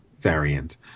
variant